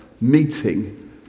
meeting